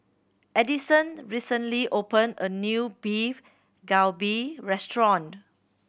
Addison recently opened a new Beef Galbi Restaurant